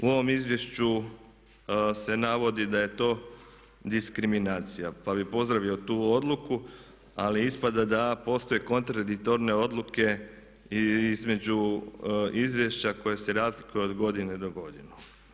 U ovom izvješću se navodi da je to diskriminacija, pa bi pozdravio tu odluku ali ispada da postoje kontradiktorne odluke i između izvješća koje se razlikuje od godine do godinu.